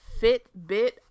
Fitbit